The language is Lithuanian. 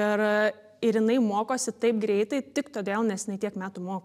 ir ir jinai mokosi taip greitai tik todėl nes jinai tiek metų mokos